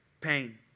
Pain